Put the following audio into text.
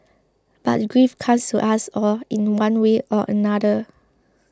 but grief comes to us all in one way or another